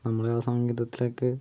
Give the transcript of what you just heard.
നമ്മളെ ആ സംഗീതത്തിലേക്ക്